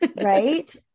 Right